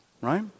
right